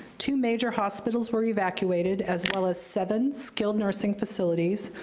two major hospitals were evacuated, as well as seven skilled nursing facilities,